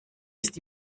ist